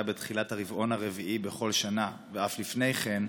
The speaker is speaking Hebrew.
בתחילת הרבעון הרביעי בכל שנה ואף לפני כן,